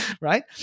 Right